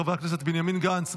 חברי הכנסת בנימין גנץ,